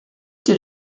did